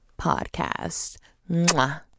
podcast